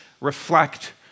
reflect